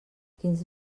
quins